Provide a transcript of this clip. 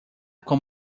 con